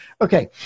okay